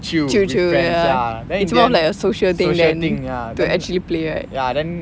chill with friends ya then in the end social thing ya then ya then